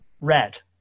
Red